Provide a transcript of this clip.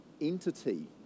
entity